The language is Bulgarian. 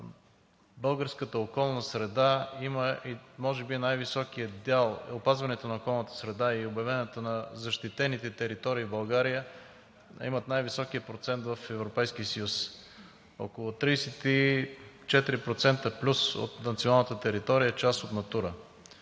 българската околна среда има може би най-високия дял – опазването на околната среда и обявяването на защитените територии в България имат най-високия процент в Европейския съюз – около 34% плюс от националната територия е част от „Натура“,